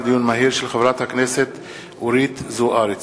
הצעת חברת הכנסת אורית זוארץ.